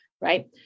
right